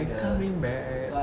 they coming back